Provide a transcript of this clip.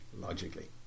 logically